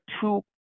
two